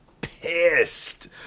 pissed